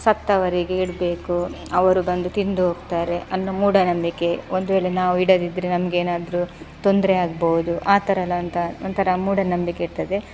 ಸತ್ತವರಿಗೆ ಇರಬೇಕು ಅವರು ಬಂದು ತಿಂದು ಹೋಗ್ತಾರೆ ಅನ್ನೋ ಮೂಢನಂಬಿಕೆ ಒಂದು ವೇಳೆ ನಾವು ಇಡದಿದ್ದರೆ ನಮಗೇನಾದ್ರೂ ತೊಂದರೆ ಆಗ್ಬೋದು ಆ ಥರ ಎಲ್ಲ ಅಂತ ಒಂಥರ ಮೂಢನಂಬಿಕೆ ಇರ್ತದೆ